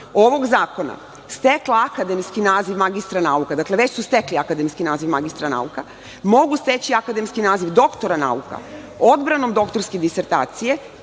ovog zakona, stekla akademski naziv magistra nauka, dakle već su stekli akademski naziv magistra nauka, mogu steći akademski naziv doktora nauka, odbranom doktorske disertacije